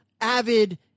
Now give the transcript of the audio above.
avid